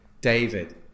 David